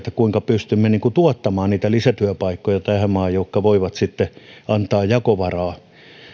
kuinka pystymme tuottamaan niitä lisätyöpaikkoja tähän maahan jotka voivat sitten antaa jakovaraa